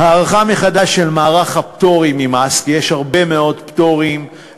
הערכה מחדש של מערך הפטורים ממס" כי יש הרבה מאוד פטורים,